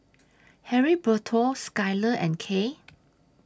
Heriberto Skyler and Kay